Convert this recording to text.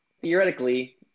theoretically